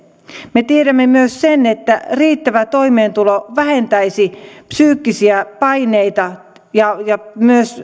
me tiedämme myös sen että riittävä toimeentulo vähentäisi psyykkisiä paineita ja myös